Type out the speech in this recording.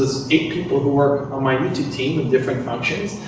there's eight people who work on my youtube team with different functions.